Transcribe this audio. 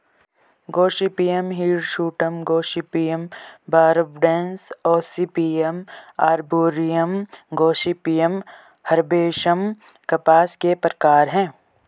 Gossypium hirsutum, Gossypium barbadense, Gossypium arboreum, Gossypium herbaceum कपास के प्रकार है